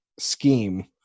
scheme